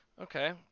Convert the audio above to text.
Okay